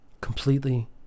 completely